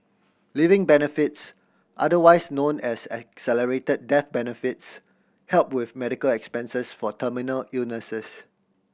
living benefits otherwise known as accelerated death benefits help with medical expenses for terminal illnesses